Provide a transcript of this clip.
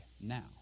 now